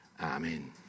Amen